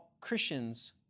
Christians